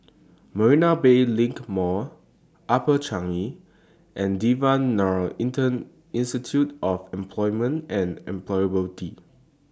Marina Bay LINK Mall Upper Changi and Devan Nair Institute of Employment and Employability